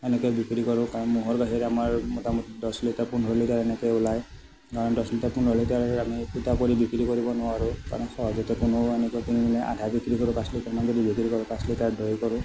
এনেকে বিক্ৰী কৰোঁ ম'হৰ গাখীৰ আমাৰ মোটামুটি দচ লিটাৰ পোন্ধৰ লিটাৰ এনেকে ওলায় দচ লিটাৰ পোন্ধৰ লিটাৰ আমি শুদা কৰি বিক্ৰী কৰিব নোৱাৰোঁ ইমান সহজতে কোনো এনেকে কিনি নিনিয়ে আধা বিক্ৰী কৰোঁ পাঁচ লিটাৰমান বিক্ৰী কৰোঁ আৰু পাঁচ লিটাৰ দৈ কৰোঁ